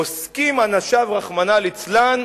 עוסקים אנשיו, רחמנא ליצלן,